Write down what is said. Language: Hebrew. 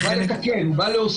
הוא בא לתקן, הוא בא להוסיף.